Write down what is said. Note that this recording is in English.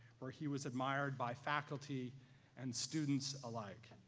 where he was admired by faculty and students alike.